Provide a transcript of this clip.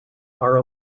are